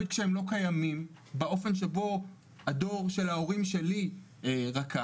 כשהם לא קיימים באופן שבו הדור של ההורים שלי רקם.